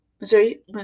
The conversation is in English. Missouri